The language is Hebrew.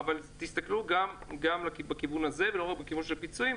אבל תסתכלו גם בכיוון הזה ולא רק בכיוון של פיצויים.